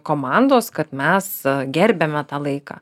komandos kad mes gerbiame tą laiką